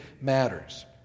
matters